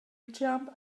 jump